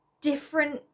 different